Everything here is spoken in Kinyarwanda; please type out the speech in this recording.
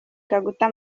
kaguta